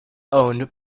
owned